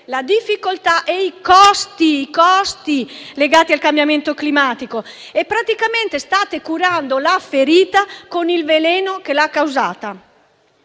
la difficoltà e i costi legati al cambiamento climatico. Praticamente state curando la ferita con il veleno che l'ha causata.